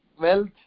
wealth